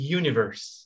universe